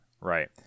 Right